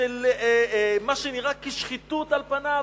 של מה שנראה כשחיתות, על פניו.